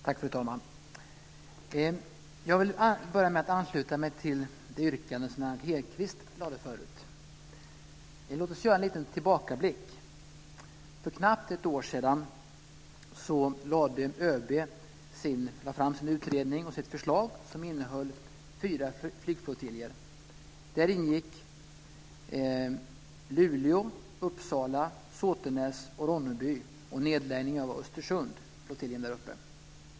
Fru talman! Jag vill börja med att ansluta mig till det yrkande som Lennart Hedquist lade förut. Låt oss först göra en liten tillbakablick. För knappt ett år sedan lade ÖB fram sin utredning och sitt förslag, som innehöll fyra flygflottiljer. Där ingick Luleå, Uppsala, Såtenäs och Ronneby samt nedläggning av flottiljen i Östersund.